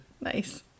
Nice